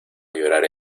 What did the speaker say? llorar